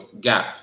gap